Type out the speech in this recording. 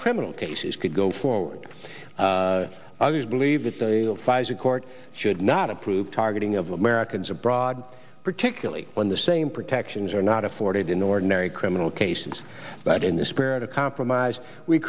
criminal cases could go forward others believe that the court should not approve targeting of americans abroad particularly when the same protections are not afforded in ordinary criminal cases but in the spirit of compromise we